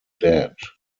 dead